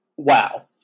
Wow